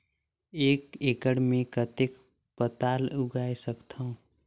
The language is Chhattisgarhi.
एक एकड़ मे कतेक पताल उगाय सकथव?